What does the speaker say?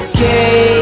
Okay